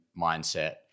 mindset